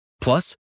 Plus